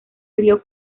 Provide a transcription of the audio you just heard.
río